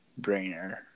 brainer